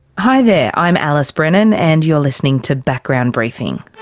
hi there, i'm alice brennan and you're listening to background briefing.